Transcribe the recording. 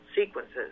sequences